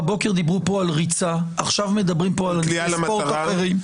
בבוקר דיברו כאן על ריצה ועכשיו מדברים על קליעה למטרה,